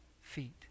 feet